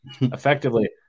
effectively